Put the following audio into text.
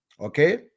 okay